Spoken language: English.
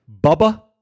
Bubba